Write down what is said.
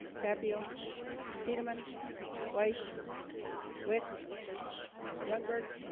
tapio cheetahmen white wic youngberg